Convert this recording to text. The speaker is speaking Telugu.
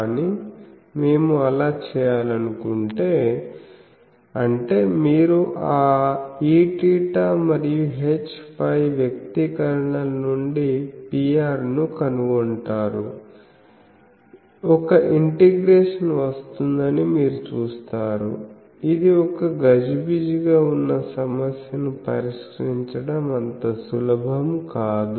కానీ మేము అలా చేయాలనుకుంటే అంటే మీరు ఆ Eθ మరియు Hφ వ్యక్తీకరణల నుండి Pr ను కనుగొంటారు ఒక ఇంటిగ్రేషన్ వస్తోందని మీరు చూస్తారు ఇది ఒక గజిబిజిగా ఉన్న సమస్యను పరిష్కరించడం అంత సులభం కాదు